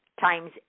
times